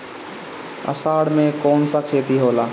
अषाढ़ मे कौन सा खेती होला?